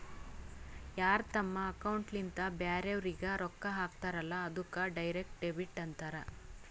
ಯಾರ್ ತಮ್ ಅಕೌಂಟ್ಲಿಂತ್ ಬ್ಯಾರೆವ್ರಿಗ್ ರೊಕ್ಕಾ ಹಾಕ್ತಾರಲ್ಲ ಅದ್ದುಕ್ ಡೈರೆಕ್ಟ್ ಡೆಬಿಟ್ ಅಂತಾರ್